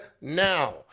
now